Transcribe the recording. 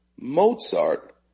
Mozart